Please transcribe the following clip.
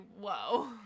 whoa